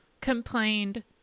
complained